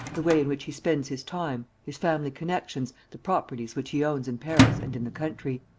the way in which he spends his time, his family connections, the properties which he owns in paris and in the country.